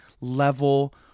level